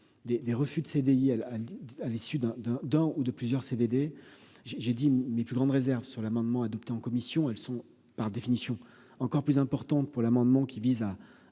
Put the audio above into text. des refus de CDI, elle a, à l'issue d'un d'un d'un ou de plusieurs CDD j'ai j'ai dit mais plus grandes réserves sur l'amendement adopté en commission, elles sont par définition encore plus importante pour l'amendement qui vise à